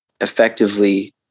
effectively